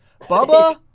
Bubba